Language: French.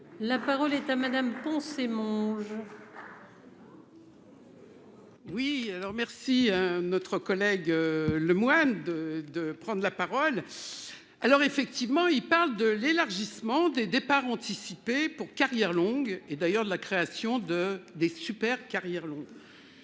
La parole est à madame. Mon. Oui alors merci notre collègue le Moine de de prendre la parole. Alors effectivement, il parle de l'élargissement des départs anticipés pour carrière longue. Et d'ailleurs de la création de des super-carrières longues.